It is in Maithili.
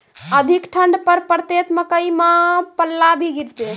अधिक ठंड पर पड़तैत मकई मां पल्ला भी गिरते?